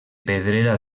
pedrera